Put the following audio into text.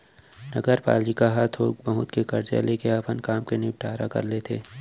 नगरपालिका ह थोक बहुत के करजा लेके अपन काम के निंपटारा कर लेथे